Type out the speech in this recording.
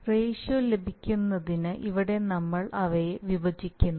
ratio ലഭിക്കുന്നതിന് ഇവിടെ നമ്മൾ അവയെ വിഭജിക്കുന്നു